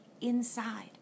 Inside